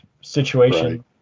situation